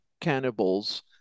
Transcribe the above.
cannibals